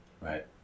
Right